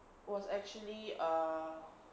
was actually err